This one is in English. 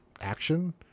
action